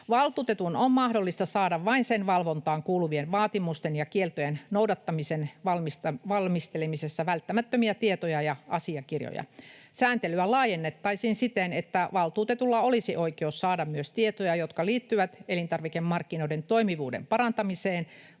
Valtuutetun on mahdollista saada vain sen valvontaan kuuluvien vaatimusten ja kieltojen noudattamisen valmistelemisessa välttämättömiä tietoja ja asiakirjoja. Sääntelyä laajennettaisiin siten, että valtuutetulla olisi oikeus saada myös tietoja, jotka liittyvät elintarvikemarkkinoiden toimivuuden parantamiseen,